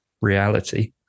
reality